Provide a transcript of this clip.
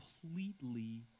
completely